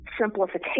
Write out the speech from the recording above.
simplification